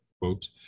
quote